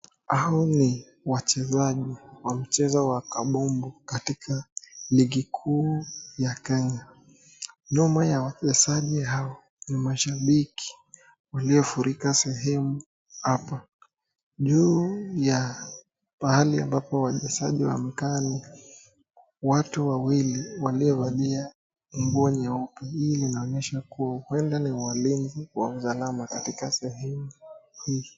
Hao ni wachezaji wa mchezo wa kabumbu katika ligi kuu ya Kenya. Nyuma ya wachezaji hawa ni mashabiki waliofurika sehemu hapa. Juu ya pahali ambapo wachezaji wamekaa ni watu wawili waliovalia nguo nyeupe. Hii inaonyesha kuwa huenda ni walinzi wa usalama katika sehemu hii.